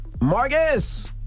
Marcus